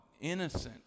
innocent